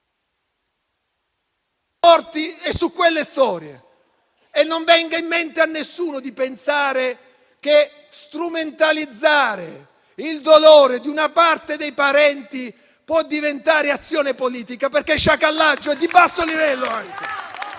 e su quelle storie. E non venga in mente a nessuno di pensare che strumentalizzare il dolore di una parte dei parenti può diventare azione politica, perché è sciacallaggio e anche di basso livello.